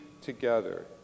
together